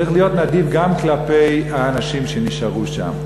צריך להיות נדיב גם כלפי האנשים שנשארו שם.